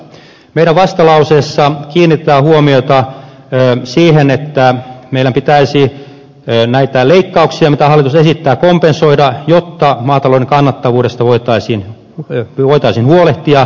meidän vastalauseessamme kiinnitetään huomiota siihen että meidän pitäisi näitä leikkauksia mitä hallitus esittää kompensoida jotta maatalouden kannattavuudesta voitaisiin huolehtia